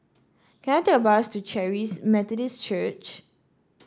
can I take a bus to Charis Methodist Church